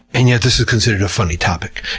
and yet, this is considered a funny topic.